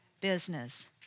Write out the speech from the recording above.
business